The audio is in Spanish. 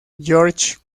georges